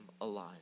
alive